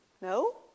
No